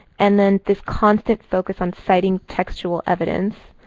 and then this constant focus on citing textual evidence.